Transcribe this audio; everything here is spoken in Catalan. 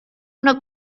una